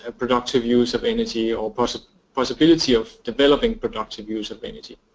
ah productive use of energy or but possibility of developing productive use of energy.